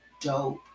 dope